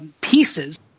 pieces